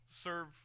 serve